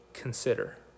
consider